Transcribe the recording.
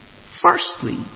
Firstly